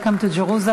Welcome to Jerusalem.